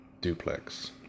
duplex